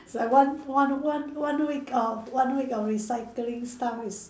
is like one one one one week of one week of recycling stuff is